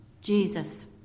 Jesus